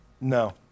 No